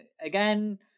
again